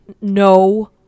no